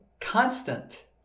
constant